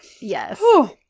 Yes